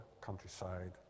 countryside